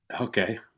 okay